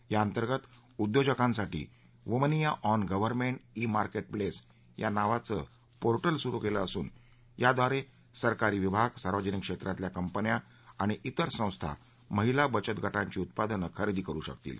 याअंतर्गत उद्योजकांसाठी Womaniya on government marketplace नावाचं पोर्टल सुरु केलं असून याद्वारे सरकारी विभाग सार्वजनिक क्षेत्रातल्या कंपन्या आणि वेर संस्था महिला बचतगटांची उत्पादनं खरेदी करु शकतील